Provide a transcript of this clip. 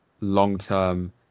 long-term